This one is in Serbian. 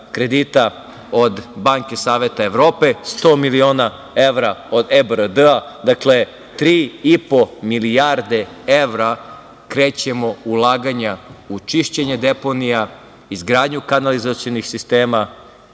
od banke Saveta Evrope, 100 miliona evra od EBRD. Dakle 3,5 milijarde evra krećemo ulaganja u čišćenje deponija, izgradnju kanalizacionih sistema,